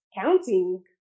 counting